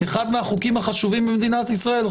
אחד מהחוקים החשובים ביותר במדינת ישראל,